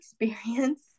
experience